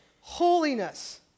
holiness